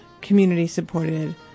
community-supported